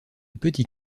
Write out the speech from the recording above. petits